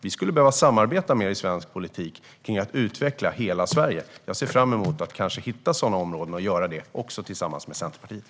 Vi skulle behöva samarbeta mer i svensk politik när det gäller att utveckla hela Sverige. Jag ser fram emot att kanske hitta sådana områden och att göra det, också tillsammans med Centerpartiet.